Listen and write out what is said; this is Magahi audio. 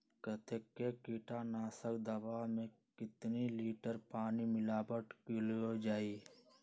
कतेक किटनाशक दवा मे कितनी लिटर पानी मिलावट किअल जाई?